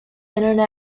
internet